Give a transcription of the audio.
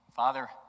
Father